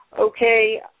okay